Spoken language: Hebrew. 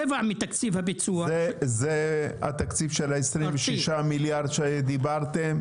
רבע מתקציב הביצוע --- זה התקציב של ה-26 מיליארד ₪ שדיברתם עליו,